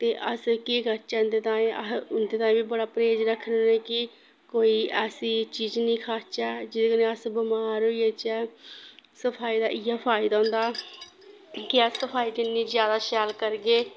ते अस केह् करचै उं'दे ताईं अस उं'दे ताईं बी बड़ा परहेज रक्खने होन्ने कि कोई ऐसी चीज़ नि खाचै जेह्दे कन्नै अस बमार होई जाचै सफाई दा इ'यै फायदा होंदा कि अस सफाई जिन्नी ज्यादा शैल करगे